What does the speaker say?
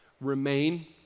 Remain